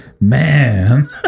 Man